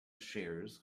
shares